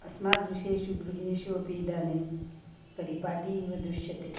अस्मादृशेषु गृहेषु अपि इदानीं परिपाटी इव दृश्यते